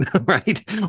right